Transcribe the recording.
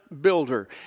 builder